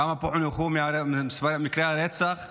כמה ממקרי הרצח פוענחו?